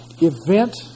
event